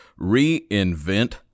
reinvent